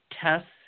tests